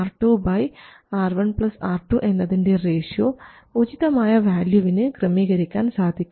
R2 R1 R2 എന്നതിൻറെ ratio ഉചിതമായ വാല്യൂവിന് ക്രമീകരിക്കാൻ സാധിക്കും